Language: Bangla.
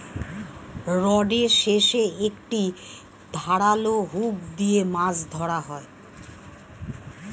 রডের শেষে একটি ধারালো হুক দিয়ে মাছ ধরা হয়